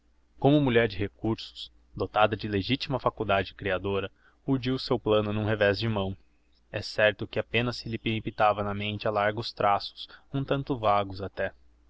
como mulher de recursos dotada de legitima faculdade creadora urdiu o seu plano n'um revez de mão é certo que apenas se lhe pintiparava na mente a largos traços um tanto vagos até